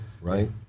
right